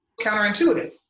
counterintuitive